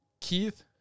Keith